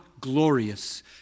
glorious